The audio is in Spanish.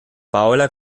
paola